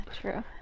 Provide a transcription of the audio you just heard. True